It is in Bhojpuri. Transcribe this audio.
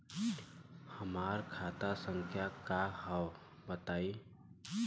हमार खाता संख्या का हव बताई?